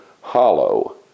Hollow